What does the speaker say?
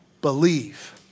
Believe